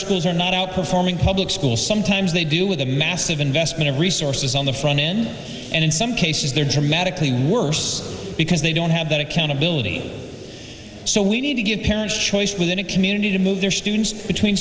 schools are not outperforming public schools sometimes they do with a massive investment of resources on the front end and in some cases there dramatically worse because they don't have that accountability so we need to give parents choice within a community to move their students between